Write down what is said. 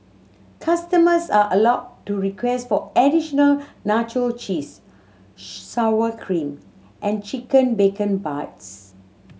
customers are allowed to request for additional nacho cheese sour cream and chicken bacon bits